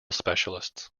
specialists